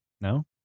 No